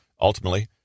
Ultimately